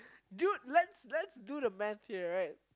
dude let's let's do the Math right